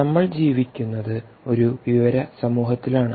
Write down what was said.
നമ്മൾ ജീവിക്കുന്നത് ഒരു വിവര സമൂഹത്തിലാണ്